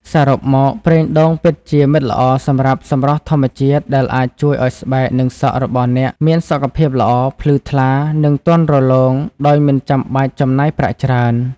សរុបមក ប្រេងដូងពិតជាមិត្តល្អសម្រាប់សម្រស់ធម្មជាតិ ដែលអាចជួយឱ្យស្បែកនិងសក់របស់អ្នកមាន សុខភាពល្អ ភ្លឺថ្លា និងទន់រលោង ដោយមិនចាំបាច់ចំណាយប្រាក់ច្រើន។